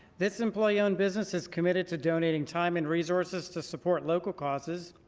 this employee owned business is committed to donating time and resources to support local causes.